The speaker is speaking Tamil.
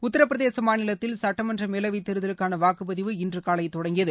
உத்திரபிரதேச மாநிலத்தில் சுட்டமன்ற மேலவை தேர்தலுக்கான வாக்குப்பதிவு இன்று காலை தொடங்கியது